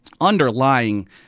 underlying